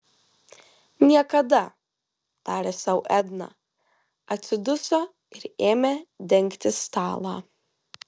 niekada tarė sau edna atsiduso ir ėmė dengti stalą